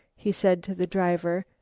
he said to the driver,